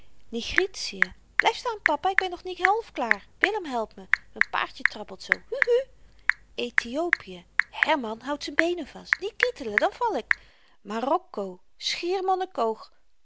mondvol mooi nigritië blyf staan papa ik ben nog niet half klaar willem help me m'n paardje trappelt zoo hu hu aethiopië herman houd z'n beenen vast niet kittelen dan val ik marokko schiermonnikoog hu